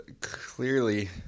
clearly